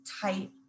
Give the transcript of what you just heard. tight